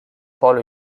polo